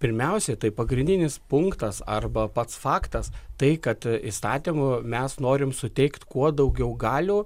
pirmiausiai tai pagrindinis punktas arba pats faktas tai kad įstatymu mes norim suteikt kuo daugiau galių